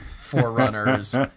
forerunners